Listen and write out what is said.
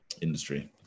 industry